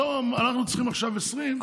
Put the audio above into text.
אנחנו צריכים עכשיו 20,